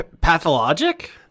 pathologic